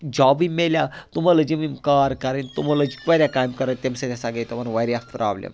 جابٕے میلیو تِمَو لٲج یِم یِم کار کَرٕنۍ تِمو لٲج واریاہ کامہِ کَرٕنۍ تَمہِ سۭتۍ ہَسا گٔے تِمَن واریاہ پرابلِم